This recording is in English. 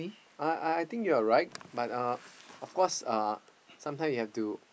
I I I think you're right but uh of course uh sometimes you have to